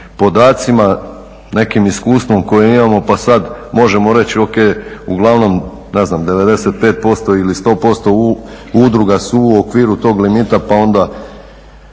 nekim iskustvom koje imamo pa sad možemo reći ok uglavnom 95% ili 100% udruga su u okviru tog limita, pa onda